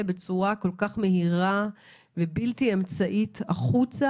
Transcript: בצורה כל כך מהירה ובלתי אמצעית החוצה.